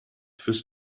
fürs